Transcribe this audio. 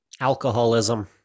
Alcoholism